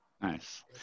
nice